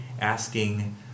asking